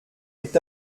est